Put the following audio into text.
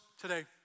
today